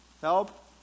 Help